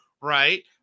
right